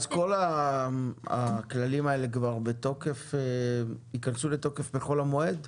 אז כל הכללים האלה ייכנסו לתוקף בחול המועד?